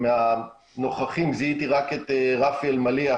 מהנוכחים זיהיתי רק את רפי אלמליח